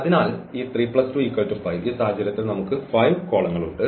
അതിനാൽ ഈ 32 5 ഈ സാഹചര്യത്തിൽ നമുക്ക് 5 കോളങ്ങൾ ഉണ്ട്